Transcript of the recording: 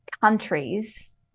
countries